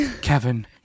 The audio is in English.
Kevin